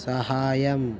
സഹായം